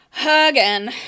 again